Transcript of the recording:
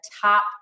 top